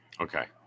Okay